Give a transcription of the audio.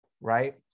right